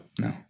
No